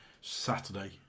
Saturday